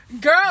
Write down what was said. girl